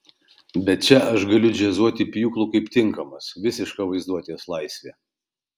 bet čia aš galiu džiazuoti pjūklu kaip tinkamas visiška vaizduotės laisvė